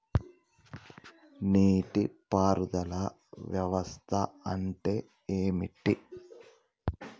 నీటి పారుదల వ్యవస్థ అంటే ఏంటి?